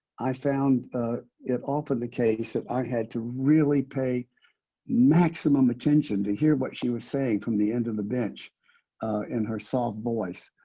i found it often the case that i had to really pay maximum attention to hear what she was saying from the end of the bench in her soft voice.